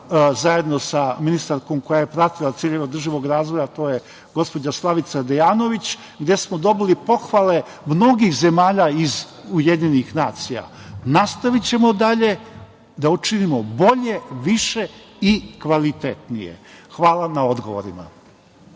zajedno ministarkom koja je pratila ciljeve održivog razvoja, to je gospođa Slavica Dejanović, smo dobili pohvale iz mnogih zemalja iz UN.Nastavićemo dalje da učinimo bolje, više i kvalitetnije. Hvala na odgovorima.